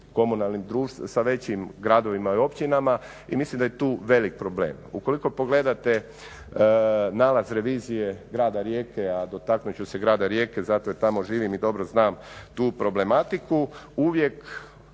komunalna društva sa većim gradovima i općinama i mislim da je tu velik problem. Ukoliko pogledate nalaz revije grada Rijeke, a dotaknut ću se grada Rijeke zato jer tamo živim i dobro znam tu problematiku, uvijek